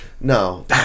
no